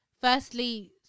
firstly